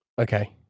Okay